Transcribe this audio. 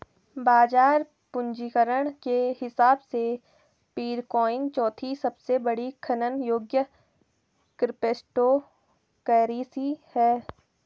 बाजार पूंजीकरण के हिसाब से पीरकॉइन चौथी सबसे बड़ी खनन योग्य क्रिप्टोकरेंसी है